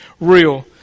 real